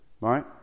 right